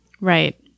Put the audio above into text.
Right